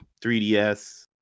3DS